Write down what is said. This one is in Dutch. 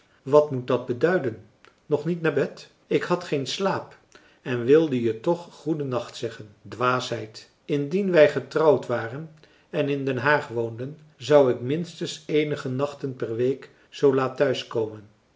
wat moet dat beduiden nog niet naar bed ik had geen slaap en wilde je toch goeden nacht zeggen dwaasheid indien wij getrouwd waren en in den haag woonden zou ik minstens eenige nachten per week zoo laat